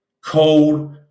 Cold